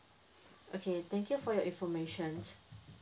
okay thank you for your information